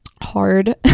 hard